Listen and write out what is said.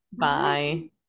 Bye